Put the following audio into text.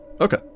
Okay